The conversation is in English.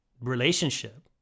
relationship